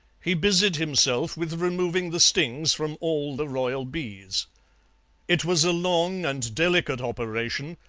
he busied himself with removing the stings from all the royal bees it was a long and delicate operation,